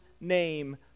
name